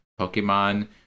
Pokemon